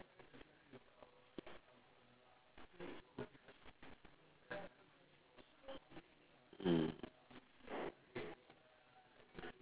mm